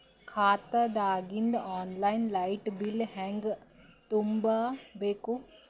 ಖಾತಾದಾಗಿಂದ online light bill ಹೇಂಗ ತುಂಬಾ ಬೇಕು?